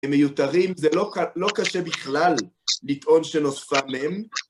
מיותרים, זה לא קשה בכלל לטעון שלוש פעמים.